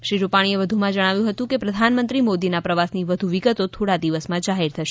શ્રી રૂપાણીએ વધુમાં જણાવ્યુ હતું કે પ્રધાનમંત્રી મોદીના પ્રવાસની વધુ વિગતો થોડા દિવસમાં જાહેર થશે